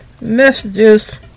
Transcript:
messages